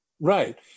Right